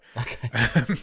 okay